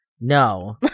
No